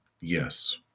yes